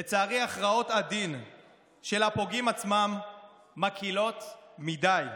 לצערי, הכרעות הדין של הפוגעים עצמם מקילות מדי.